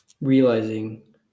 realizing